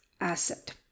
asset